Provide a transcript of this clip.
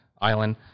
Island